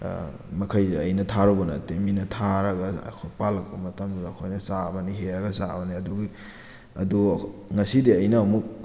ꯃꯈꯩ ꯑꯩꯅ ꯊꯥꯔꯨꯕ ꯅꯠꯇꯦ ꯃꯤꯅ ꯊꯥꯔꯒ ꯄꯥꯜꯂꯛꯄ ꯃꯇꯝꯗꯨꯗ ꯑꯩꯈꯣꯏꯅ ꯆꯥꯕꯅꯤ ꯍꯦꯛꯑꯒ ꯆꯥꯕꯅꯤ ꯑꯗꯨꯒꯤ ꯑꯗꯣ ꯉꯁꯤꯗꯤ ꯑꯩꯅ ꯑꯃꯨꯛ